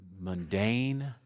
mundane